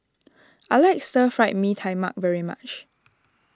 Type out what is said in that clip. I like Stir Fried Mee Tai Mak very much